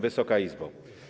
Wysoka Izbo!